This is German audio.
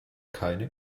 keine